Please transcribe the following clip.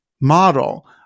model